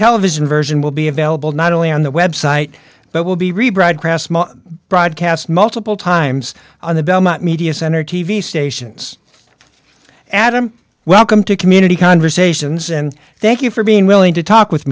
television version will be available not only on the website but will be rebroadcast broadcast multiple times on the belmont media center t v stations adam welcome to community conversations and thank you for being willing to talk with